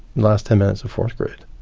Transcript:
last ten minutes of fourth grade?